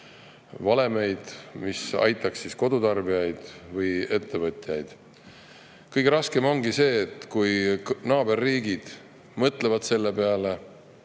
valemeid, mis aitaks kodutarbijaid või ettevõtjaid. Kõige halvem ongi see, et kui naaberriigid mõtlevad selle peale